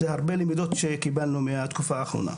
זה הרבה למידות שקיבלנו מהתקופה האחרונה.